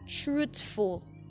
truthful